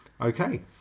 Okay